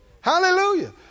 Hallelujah